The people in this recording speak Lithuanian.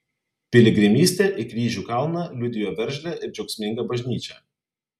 piligrimystė į kryžių kalną liudijo veržlią ir džiaugsmingą bažnyčią